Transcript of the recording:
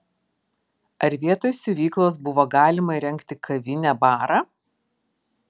ar vietoj siuvyklos buvo galima įrengti kavinę barą